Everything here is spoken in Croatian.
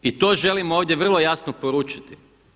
I to želim ovdje vrlo jasno poručiti.